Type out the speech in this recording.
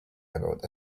about